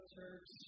church